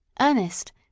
Ernest